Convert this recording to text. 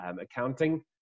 Accounting